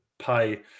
Pay